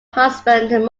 husband